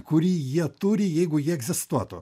kurį jie turi jeigu jie egzistuotų